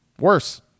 worse